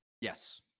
Yes